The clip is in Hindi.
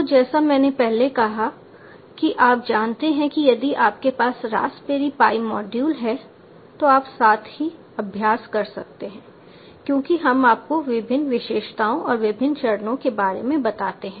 तो जैसा मैंने पहले कहा कि आप जानते हैं कि यदि आपके पास रास्पबेरी पाई मॉड्यूल है तो आप साथ ही अभ्यास कर सकते हैं क्योंकि हम आपको विभिन्न विशेषताओं और विभिन्न चरणों के बारे में बताते हैं